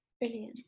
Brilliant